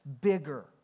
bigger